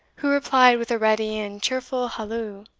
who replied with a ready and cheerful halloo.